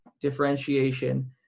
differentiation